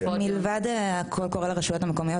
מלבד ה- ׳קול קורא׳ לרשויות המקומיות,